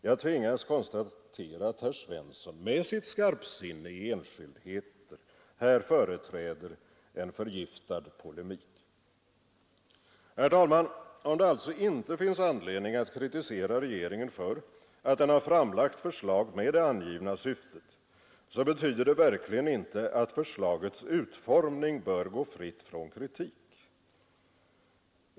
Jag tvingas konstatera att herr Svensson med sitt skarpsinne i enskildheter här företräder en förgiftad polemik. Herr talman, om det alltså inte finns anledning att kritisera regeringen för att den har framlagt förslag med det angivna syftet så betyder detta verkligen inte att förslagets utformning bör gå fri från kritik.